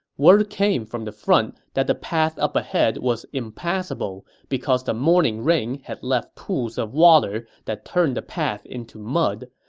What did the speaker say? word came from the front that the path up ahead was impassable because the morning rain and left pools of water that turned the path into mud,